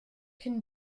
can